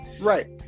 Right